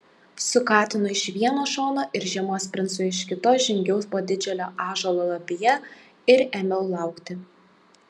su katinu iš vieno šono ir žiemos princu iš kito žengiau po didžiulio ąžuolo lapija ir ėmiau laukti